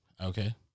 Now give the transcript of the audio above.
okay